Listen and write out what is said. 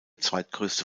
zweitgrößte